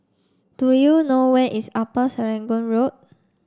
do you know where is Upper Serangoon Road